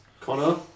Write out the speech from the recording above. Connor